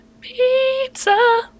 Pizza